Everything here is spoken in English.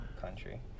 country